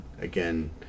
again